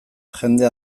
jende